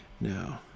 no